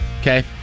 okay